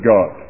God